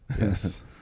Yes